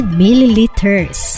milliliters